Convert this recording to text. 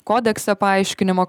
kodekse paaiškinimo